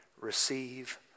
receive